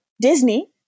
Disney